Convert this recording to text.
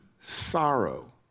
sorrow